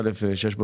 שקלים.